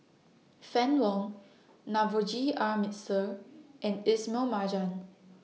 Fann Wong Navroji R Mistri and Ismail Marjan